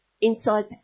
inside